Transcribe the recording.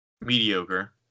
mediocre